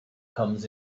comes